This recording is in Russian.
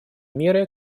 меры